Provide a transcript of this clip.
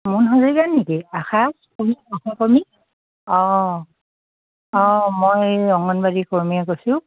মুন হাজৰিকা নেকি আশাকৰ্মী আশাকৰ্মী অঁ অঁ মই অংগনবাদী কৰ্মীয়ে কৈছোঁ